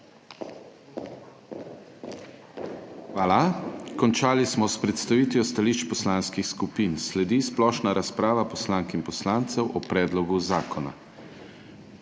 Hvala. Končali smo s predstavitvijo stališč poslanskih skupin. Sledi splošna razprava poslank in poslancev o predlogu zakona.